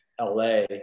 LA